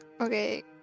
okay